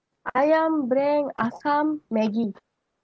Ayam Brand asam maggie